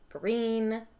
green